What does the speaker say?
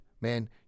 man